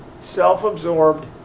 self-absorbed